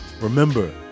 Remember